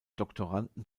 doktoranden